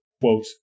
quote